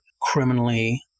criminally